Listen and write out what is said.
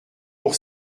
pour